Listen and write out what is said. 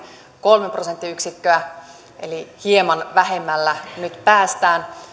kolme prosenttiyksikköä eli hieman vähemmällä nyt päästään